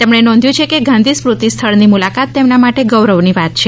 તેમણે નોંધ્યું છે કે ગાંધી સ્મૃતિ સ્થળ ની મુલાકાત તેમના માટે ગૌરવ ની વાત છે